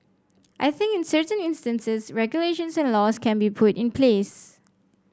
I think in certain instances regulations and laws can be put in place